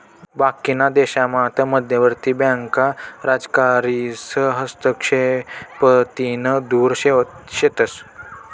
बाकीना देशामात मध्यवर्ती बँका राजकारीस हस्तक्षेपतीन दुर शेतस